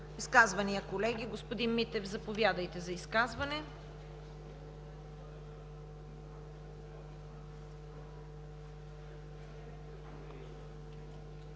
изказвания? Господин Митев, заповядайте за изказване.